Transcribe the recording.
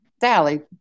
Sally